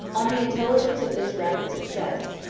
on the intelligence of this rapid success,